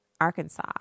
Arkansas